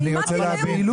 עם מה תמנעו?